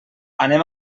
anem